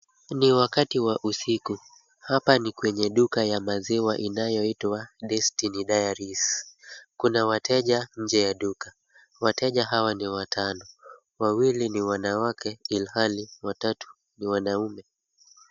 Ni wakati wa usiku. Hapa ni kwenye duka ya maziwa inayoitwa Destiny Dairies. Kuna wateja nje ya duka. Wateja hawa ni watano. Wawili ni wanawake ilhali watatu ni wanaume.